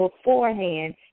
beforehand